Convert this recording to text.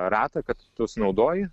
ratą kad tu sunaudoji